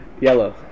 Yellow